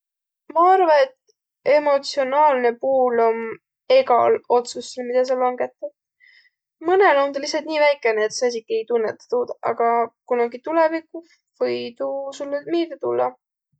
Ma arva, et emotsionaalnõ puul om egal otsussõl, midä sa langõtat. Mõnõl om tuu lihtalt nii väikene, et sa esikiq ei tunnõtaq tuud. Aga kunagi tulõvikuh või tuu sullõ miilde tullaq.